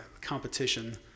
competition